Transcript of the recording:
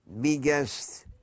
Biggest